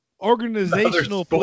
Organizational